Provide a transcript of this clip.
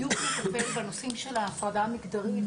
בדיוק הוא מטפל בנושאים של ההפרדה המגזרית,